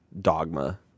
dogma